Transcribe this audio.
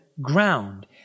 ground